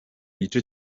igice